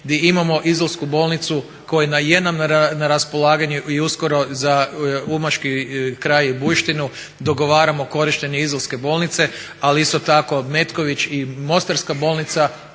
gdje imamo … bolnicu koja nam je na raspolaganju i uskoro za umaški kraj i bujštinu dogovarano korištenje izolske bolnice ali isto tako Metković i mostarska bolnica